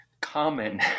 common